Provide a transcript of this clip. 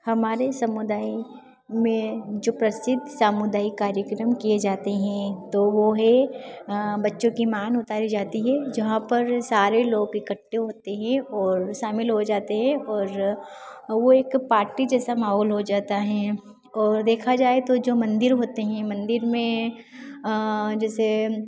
हमारे समुदाय में जो प्रसिद्ध सामुदायिक कार्यक्रम किए जाते हैं तो वो है बच्चों की मान उतारी जाती है जहाँ पर सारे लोग इकट्टे होते हैं और शामिल हो जाते हैं और वो एक पार्टी जैसा माहौल हो जाता है और देखा जाए तो जो मंदिर होते हैं मंदिर में जैसे